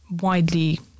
widely